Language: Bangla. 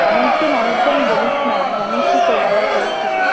অনেকজন অনেকজন বলিস না জানিসই তো বাবার পরিস্থিতি